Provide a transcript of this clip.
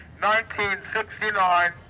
1969